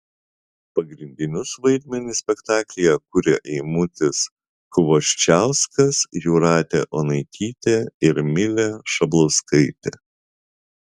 pagrindinius vaidmenis spektaklyje kuria eimutis kvoščiauskas jūratė onaitytė ir milė šablauskaitė